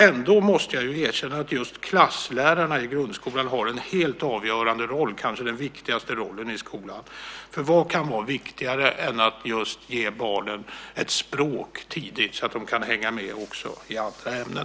Ändå måste jag erkänna att just klasslärarna i grundskolan har en helt avgörande roll, kanske den viktigaste rollen i skolan, för vad kan vara viktigare än att just ge barnen ett språk tidigt så att de kan hänga med också i andra ämnen?